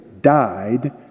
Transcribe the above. died